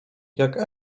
jak